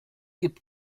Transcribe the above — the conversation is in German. gibt